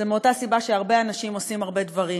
אותה סיבה לכך שהרבה אנשים עושים הרבה דברים: